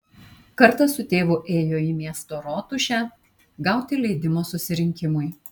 kartą su tėvu ėjo į miesto rotušę gauti leidimo susirinkimui